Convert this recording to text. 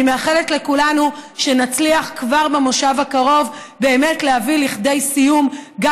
אני מאחלת לכולנו שנצליח כבר במושב הקרוב באמת להביא לכדי סיום גם